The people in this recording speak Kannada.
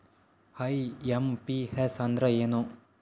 ಐ.ಎಂ.ಪಿ.ಎಸ್ ಅಂದ್ರ ಏನು?